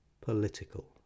political